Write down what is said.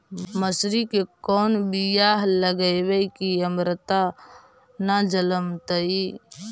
मसुरी के कोन बियाह लगइबै की अमरता न जलमतइ?